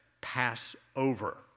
Passover